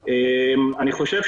אחיד.